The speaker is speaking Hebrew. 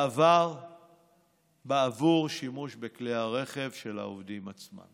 בעבר בעבור שימוש בכלי הרכב של העובדים עצמם,